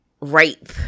rape